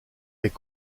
est